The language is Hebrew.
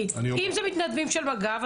כי אם זה מתנדבים של מג"ב,